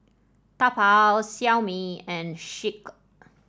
Taobao Xiaomi and Schick